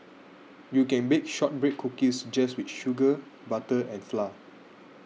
you can bake Shortbread Cookies just with sugar butter and flour